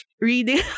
reading